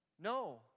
No